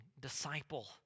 disciple